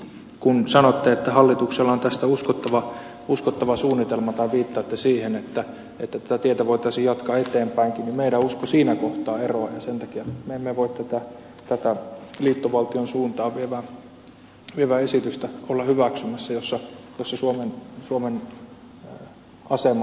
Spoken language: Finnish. kun sanotte että hallituksella on tästä uskottava suunnitelma tai viittaatte siihen että tätä tietä voitaisiin jatkaa eteenpäinkin niin meidän uskomme siinä kohtaa eroaa ja sen takia me emme voi olla hyväksymässä tätä liittovaltion suuntaan vievää esitystä jossa suomen asema monelta osin heikkenisi